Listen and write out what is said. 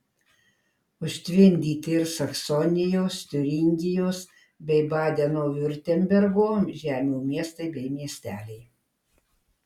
užtvindyti ir saksonijos tiuringijos bei badeno viurtembergo žemių miestai bei miesteliai